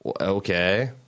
Okay